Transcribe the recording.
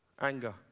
Anger